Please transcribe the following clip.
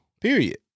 Period